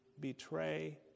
betray